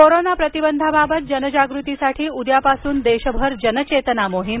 corona प्रतिबंधाबाबत जनजागृतीसाठी उद्यापासून देशभर जनचेतना मोहीम